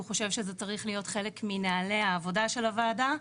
חושב שזה צריך להיות חלק מנהלי העבודה של הוועדה.